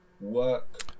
work